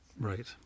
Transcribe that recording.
Right